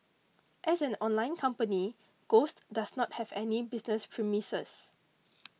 as an online company Ghost does not have any business premises